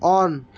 on